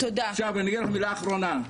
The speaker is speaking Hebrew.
אני אגיד לך מילה אחרונה,